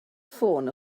ffôn